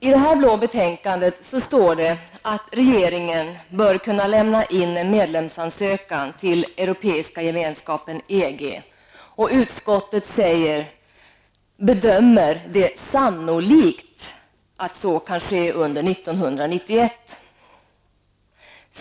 I det här blå betänkandet står det att regeringen bör kunna lämna in en medlemsansökan till Europeiska gemenskapen. Utskottet bedömer det, fortsätter man, sannolikt att så kan ske under 1991.